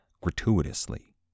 gratuitously